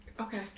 Okay